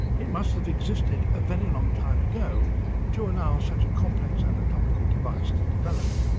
it must have existed a very long time ago to allow such a complex anatomical device to develop.